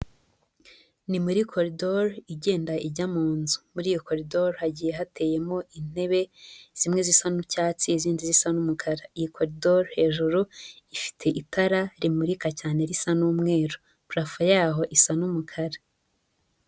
Ni muri koridoru igenda ijya mu muri nzu, muri iyi koridoru hagiye hateyemo intebe zimwe zisa n'icyatsi izindi zisa n'umukara, iyi koridoru hejuru ifite itara rimurika cyane risa n'umweru purafe yaho isa n'umukara.